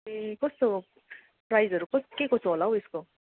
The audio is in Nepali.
ए कस्तो प्राइसहरू के कसो होला हौ यसको